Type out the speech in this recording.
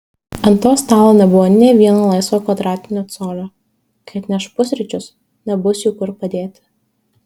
ant to stalo nebuvo nė vieno laisvo kvadratinio colio kai atneš pusryčius nebus jų kur padėti